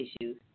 issues